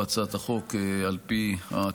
להביא לכך שמעמדה בכל מיני היבטים,